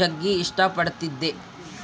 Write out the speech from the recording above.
ಜಗ್ಗಿ ಇಷ್ಟ ಪಡತ್ತಿದ್ದೆ